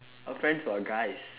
err friends who are guys